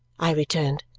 i returned.